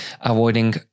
avoiding